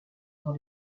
dans